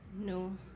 No